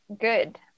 Good